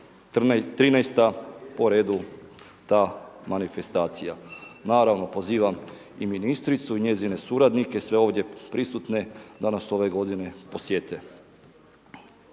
13. po redu ta manifestacija. Naravno pozivam i ministricu i njezine suradnike, sve ovdje prisutne da nas ove godine posjete.